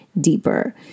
deeper